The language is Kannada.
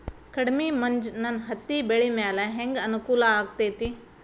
ಕಡಮಿ ಮಂಜ್ ನನ್ ಹತ್ತಿಬೆಳಿ ಮ್ಯಾಲೆ ಹೆಂಗ್ ಅನಾನುಕೂಲ ಆಗ್ತೆತಿ?